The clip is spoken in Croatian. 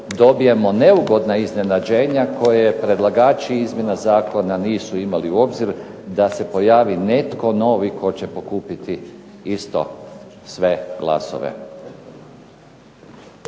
dobijemo neugodna iznenađenja koje predlagači izmjena zakona nisu imali u obzir da se pojavi netko novi tko će pokupiti isto sve glasove.